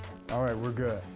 all right we're good.